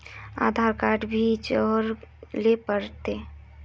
आधार card भी जोरबे ले पड़ते?